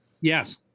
Yes